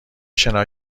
شنا